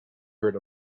heard